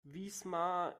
wismar